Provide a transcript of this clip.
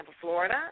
Florida